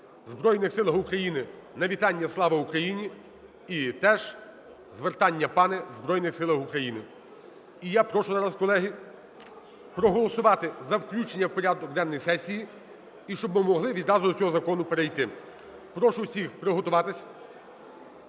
Збройних Силах України на вітання "Слава Україні" і теж звертання "пане" в Збройних Силах України. І я прошу зараз, колеги, за включення в порядок денний сесії, і щоб ми могли відразу до цього закону перейти. Прошу всіх приготуватися.